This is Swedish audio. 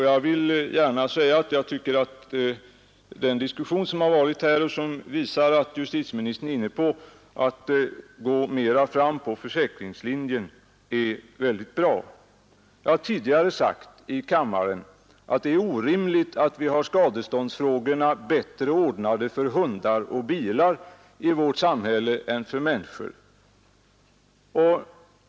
Jag vill gärna säga att jag tycker att de synpunkter som framförts i den diskussion som ägt rum och som visat att justitieministern avser att gå fram på försäkringslinjen är bra. Jag har tidigare sagt i riksdagen att det är orimligt att vi har skadeståndsfrågorna bättre ordnade för hundar och bilar i vårt samhälle än för människor.